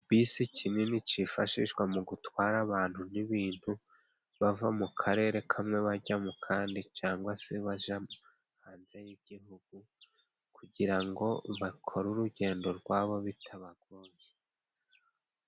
Bisi kinini kifashishwa mu gutwara abantu n'ibintu bava mu karere kamwe bajya mu kandi cangwa se baja hanze y'igihugu kugira ngo bakore urugendo rwabo bitabagoye.